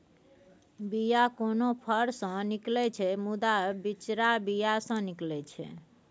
बीया कोनो फर सँ निकलै छै मुदा बिचरा बीया सँ निकलै छै